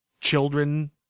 children